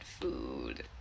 food